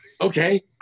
Okay